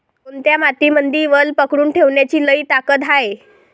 कोनत्या मातीमंदी वल पकडून ठेवण्याची लई ताकद हाये?